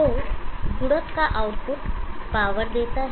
तो गुणक का आउटपुट पावर देता है